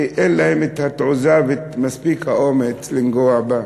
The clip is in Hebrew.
כי אין להם תעוזה ומספיק אומץ לנגוע בה,